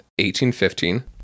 1815